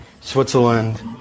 Switzerland